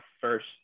first